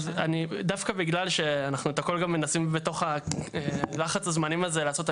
דווקא בגלל שאנחנו את הכול גם מנסים בתוך לחץ הזמנים הזה לעשות,